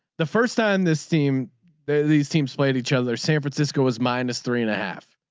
the first time this team these teams played each other san francisco was minus three and a half.